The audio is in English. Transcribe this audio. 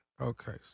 okay